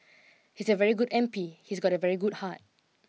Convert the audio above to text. he's a very good M P he's got a very good heart